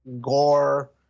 gore